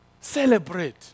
celebrate